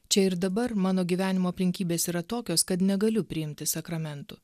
čia ir dabar mano gyvenimo aplinkybės yra tokios kad negaliu priimti sakramentų